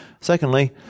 Secondly